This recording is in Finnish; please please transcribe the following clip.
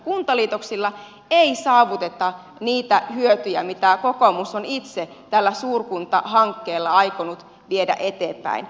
kuntaliitoksilla ei saavuteta niitä hyötyjä joita kokoomus on itse tällä suurkuntahankkeella aikonut viedä eteenpäin